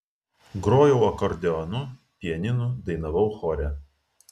grojau akordeonu pianinu dainavau chore